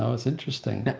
so it's interesting.